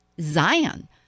Zion